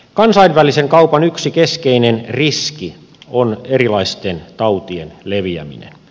kansainvälisen kaupan yksi keskeinen riski on erilaisten tautien leviäminen